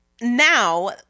now